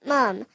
Mom